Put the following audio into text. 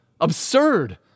Absurd